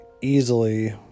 easily